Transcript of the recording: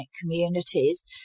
communities